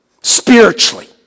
Spiritually